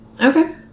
Okay